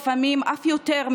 ולפעמים אף יותר,